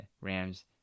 Rams